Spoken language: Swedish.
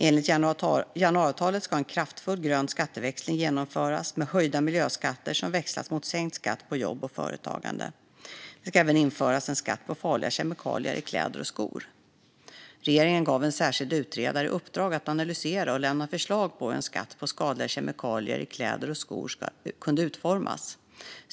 Enligt januariavtalet ska en kraftfull grön skatteväxling genomföras med höjda miljöskatter som växlas mot sänkt skatt på jobb och företagande. Det ska även införas en skatt på farliga kemikalier i kläder och skor. Regeringen gav en särskild utredare i uppdrag att analysera och lämna förslag på hur en skatt på skadliga kemikalier i kläder och skor kunde utformas.